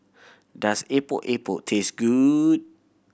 does Epok Epok taste good